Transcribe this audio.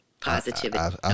Positivity